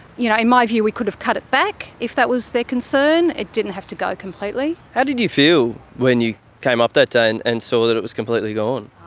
you know in my view we could have cut it back if that was their concern, it didn't have to go completely. how did you feel when you came up that day and and saw that it was completely gone?